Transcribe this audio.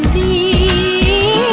e